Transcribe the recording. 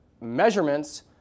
measurements